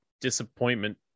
disappointment